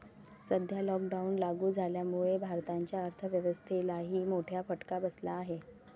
सध्या लॉकडाऊन लागू झाल्यामुळे भारताच्या अर्थव्यवस्थेलाही मोठा फटका बसला आहे